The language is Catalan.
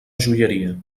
joieria